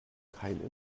kein